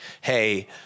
hey